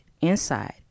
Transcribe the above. inside